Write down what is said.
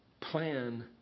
plan